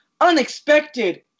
unexpected